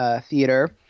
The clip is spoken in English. theater